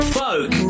folk